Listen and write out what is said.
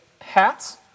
hats